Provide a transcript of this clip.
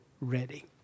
ready